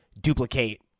duplicate